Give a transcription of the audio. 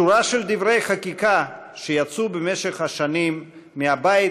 שורה של דברי חקיקה שיצאו במשך השנים מהבית